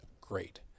great